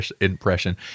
impression